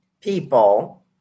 people